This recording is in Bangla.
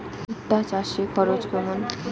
ভুট্টা চাষে খরচ কেমন?